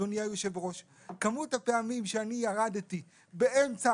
אדוני היו"ר: כמות הפעמים שירדתי באמצע